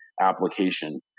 application